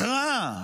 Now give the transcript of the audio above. הכרעה.